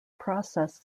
process